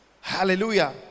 hallelujah